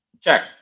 Check